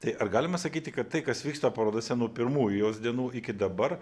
tai ar galima sakyti kad tai kas vyksta parodose nuo pirmųjų jos dienų iki dabar